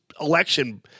election